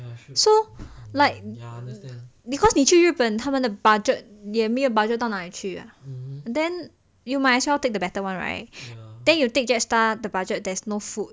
so like because 你去日本他们的 budget 也没有 budget 到哪里去 then you might as well take the better one right then you take jetstar the budget there's no food